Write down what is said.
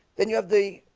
then you have the